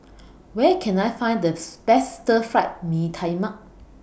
Where Can I Find The Best Stir Fried Mee Tai Mak